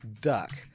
duck